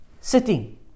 sitting